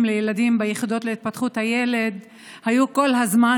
לילדים ביחידות להתפתחות הילד הייתה כל הזמן,